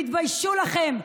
תתביישו לכם.